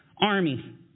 army